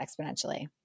exponentially